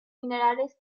minerales